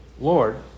Lord